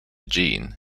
genus